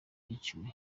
yiciwe